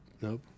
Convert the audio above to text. nope